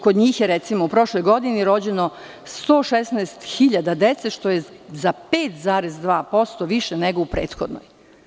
Kod njih je, recimo, u prošloj godini rođeno 116.000 dece, što je za 5,2% više nego u prethodnoj.